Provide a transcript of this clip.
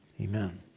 amen